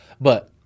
But-